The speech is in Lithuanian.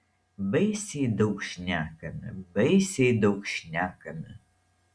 baisiai daug šnekame baisiai daug šnekame